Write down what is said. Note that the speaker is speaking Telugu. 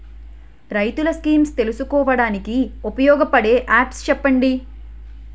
రైతులు స్కీమ్స్ తెలుసుకోవడానికి ఉపయోగపడే యాప్స్ చెప్పండి?